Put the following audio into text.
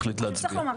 נתנגד לזה.